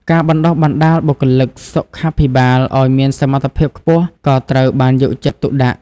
ការបណ្តុះបណ្តាលបុគ្គលិកសុខាភិបាលឱ្យមានសមត្ថភាពខ្ពស់ក៏ត្រូវបានយកចិត្តទុកដាក់។